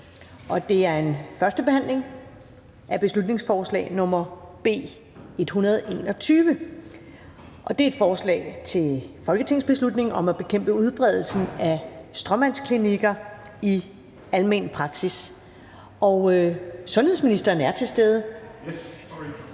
er: 5) 1. behandling af beslutningsforslag nr. B 121: Forslag til folketingsbeslutning om at bekæmpe udbredelsen af stråmandsklinikker i almen praksis. Af Per Larsen (KF) m.fl.